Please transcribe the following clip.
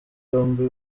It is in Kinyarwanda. yombi